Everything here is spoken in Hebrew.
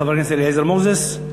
חבר הכנסת אליעזר מוזס,